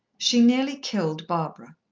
she nearly killed barbara.